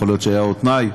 יכול להיות שהיה עוד תנאי,